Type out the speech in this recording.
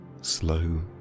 slow